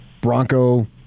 Bronco